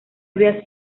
había